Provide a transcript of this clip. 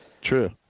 True